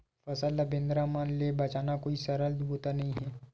फसल ल बेंदरा मन ले बचाना कोई सरल बूता नइ हे